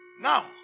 Now